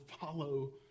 follow